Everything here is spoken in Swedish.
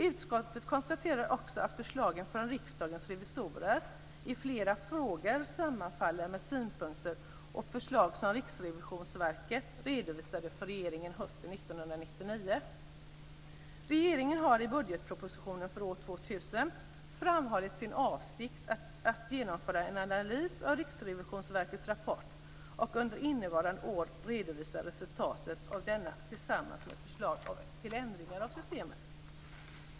Utskottet konstaterar också att förslagen från Riksdagens revisorer i flera frågor sammanfaller med synpunkter och förslag som Riksrevisionsverket redovisade för regeringen hösten 1999. framhållit sin avsikt att genomföra en analys av Riksrevisionsverkets rapport och under innevarande år redovisa resultatet av denna tillsammans med förslag till ändringar av systemet.